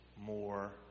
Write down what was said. more